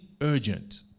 urgent